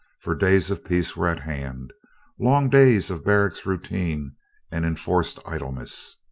for days of peace were at hand long days of barrack routine and enforced idleness.